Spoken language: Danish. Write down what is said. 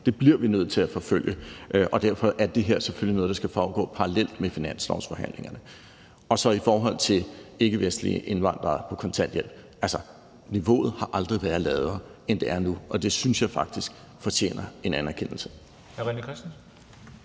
Det bliver vi nødt til at forfølge, og derfor er det her selvfølgelig noget, der skal foregå parallelt med finanslovsforhandlingerne. I forhold til ikkevestlige indvandrere på kontanthjælp vil jeg sige, at niveauet aldrig har været lavere, end det er nu. Og det synes jeg faktisk fortjener en anerkendelse.